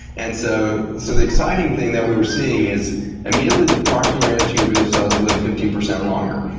and so so the exciting thing that we were seeing is immediately the proximal renal tubule cells lived fifteen percent longer.